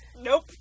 Nope